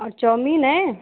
और चौमीन है